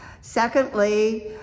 Secondly